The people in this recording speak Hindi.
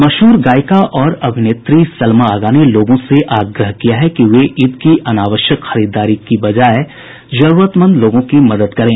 मशहूर गायिका और अभिनेत्री सलमा आगा ने लोगों से आग्रह किया है कि वे ईद की अनावश्यक खरीददारी के बजाए जरूरतमंद लोगों की मदद करें